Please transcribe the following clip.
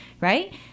right